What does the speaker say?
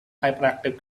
hyperactive